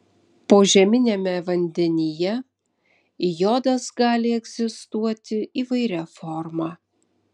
požeminiame vandenyje jodas gali egzistuoti įvairia forma